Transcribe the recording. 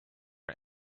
our